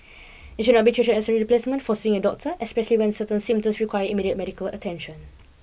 it should not be treated as a replacement for seeing a doctor especially when certain symptoms require immediate medical attention